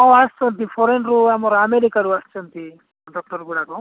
ହଁ ଆସୁଛନ୍ତି ଫରେନରୁ ଆମର ଆମେରିକାରୁ ଆସୁଛନ୍ତି ଡକ୍ଟରଗୁଡ଼ାକ